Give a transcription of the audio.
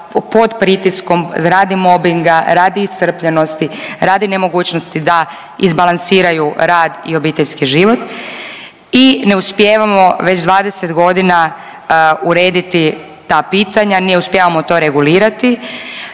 pod pritiskom radi mobinga, radi iscrpljenosti, radi nemogućnosti da izbalansiraju rad i obiteljski život i ne uspijevamo već 20.g. urediti ta pitanja i ne uspijevamo to regulirati.